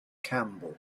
campbell